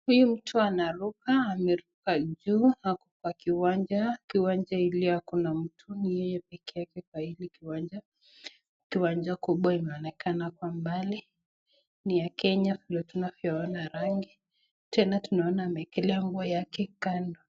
Huyu mtu anaruka ameruka juu hapo kwa kiwanja. Kiwanja iliyo hakuna mtu ni yeye pekee yake kwa hili kiwanja. Kiwanja kubwa inaonekana kwa mbali ni ya Kenya vile tunavyoona rangi, tena tunaona amewekelea nguo yake kando.